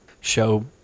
show